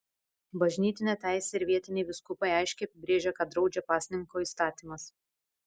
bažnytinė teisė ir vietiniai vyskupai aiškiai apibrėžia ką draudžia pasninko įstatymas